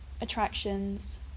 attractions